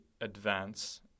advance